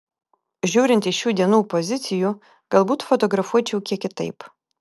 žiūrint iš šių dienų pozicijų galbūt fotografuočiau kiek kitaip